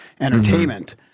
entertainment